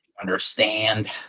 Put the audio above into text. understand